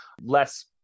less